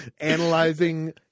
analyzing